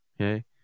okay